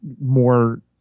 more